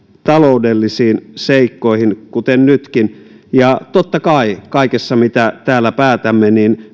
taloudellisiin seikkoihin kuten nytkin ja totta kai kaikessa mitä täällä päätämme